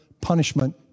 punishment